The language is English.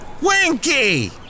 Winky